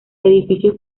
edificios